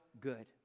good